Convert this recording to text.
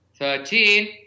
Thirteen